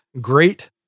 great